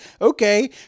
okay